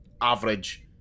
average